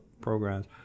Programs